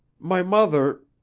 my mother.